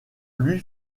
lui